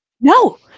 No